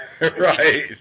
Right